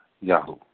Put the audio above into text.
yahoo